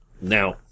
Now